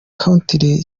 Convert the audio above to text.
century